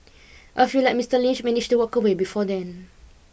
a few like Mister Lynch manage to walk away before then